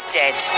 dead